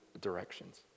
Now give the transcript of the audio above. directions